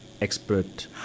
expert